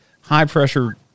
high-pressure